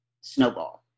snowball